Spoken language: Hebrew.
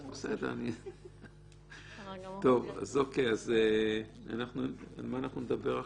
אבל --- על מה אנחנו נדבר עכשיו?